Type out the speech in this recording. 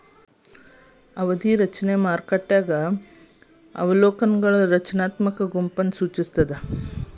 ಅವಧಿಯ ರಚನೆ ಮಾರುಕಟ್ಟೆಯ ಅವಲೋಕನಗಳ ರಚನಾತ್ಮಕ ಗುಂಪನ್ನ ಸೂಚಿಸ್ತಾದ